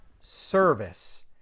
service